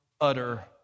utter